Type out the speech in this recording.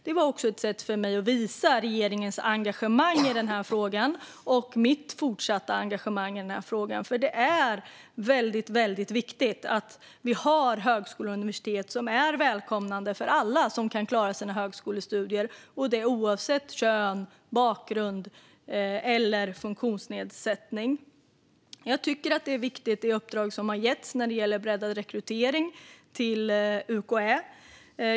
Det var också ett sätt för mig att visa regeringens och mitt fortsatta engagemang i denna fråga. Det är nämligen väldigt viktigt att vi har högskolor och universitet som är välkomnande för alla som kan klara sina högskolestudier, och det oavsett kön, bakgrund eller funktionsnedsättning. Jag tycker att det uppdrag som har getts till UKÄ om breddad rekrytering är viktigt.